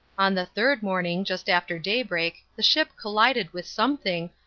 on the third morning just after daybreak the ship collided with something,